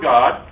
God